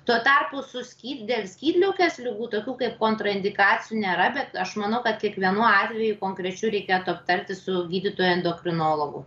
tuo tarpu su skyd dėl skydliaukės ligų tokių kaip kontraindikacijų nėra bet aš manau kad kiekvienu atveju konkrečiu reikėtų aptarti su gydytoju endokrinologu